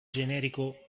generico